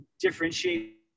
differentiate